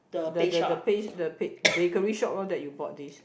the the the pas~ the bakery shop loh that you bought this